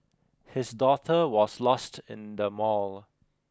his daughter was lost in the mall